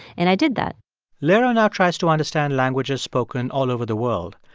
and i did that lera now tries to understand languages spoken all over the world.